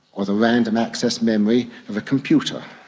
or the random access memory of a computer.